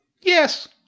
Yes